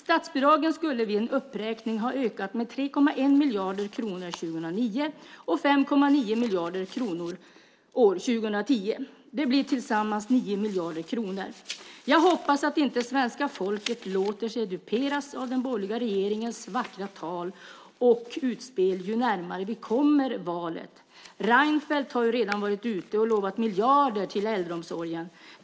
Statsbidragen skulle vid en uppräkning ha ökat med 3,1 miljarder kronor 2009 och 5,9 miljarder kronor år 2010. Det blir tillsammans 9 miljarder kronor. Jag hoppas att inte svenska folket låter sig duperas av den borgerliga regeringens vackra tal och utspel ju närmare vi kommer valet. Reinfeldt har ju redan varit ute och lovat miljarder till äldreomsorgen.